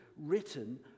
written